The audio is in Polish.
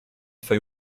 twej